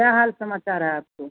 क्या हाल समाचार है आपको